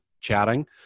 chatting